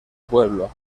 pueblo